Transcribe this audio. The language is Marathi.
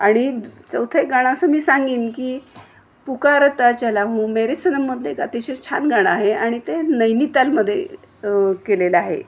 आणि चौथं एक गाणं असं मी सांगीन की पुकारता चला हूँ मेरे सनममधले एक अतिशय छान गाणं आहे आणि ते नैनीतालमध्ये केलेलं आहे